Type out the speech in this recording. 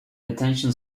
detention